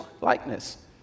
likeness